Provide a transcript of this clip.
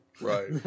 Right